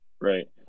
Right